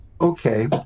Okay